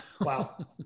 Wow